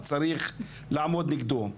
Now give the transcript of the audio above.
וצריך לעמוד נגדו.